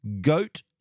Goat